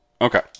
Okay